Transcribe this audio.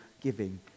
giving